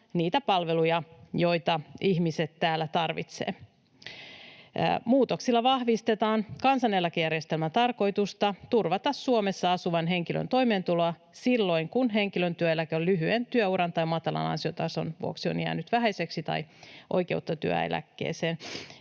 niitä palveluja, joita ihmiset täällä tarvitsevat. Muutoksilla vahvistetaan kansaneläkejärjestelmän tarkoitusta turvata Suomessa asuvan henkilön toimeentuloa silloin, kun henkilön työeläke lyhyen työuran tai matalan ansiotason vuoksi on jäänyt vähäiseksi tai oikeutta työeläkkeeseen